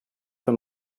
für